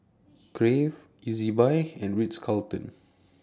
Crave Ezbuy and Ritz Carlton